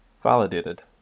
validated